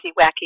wacky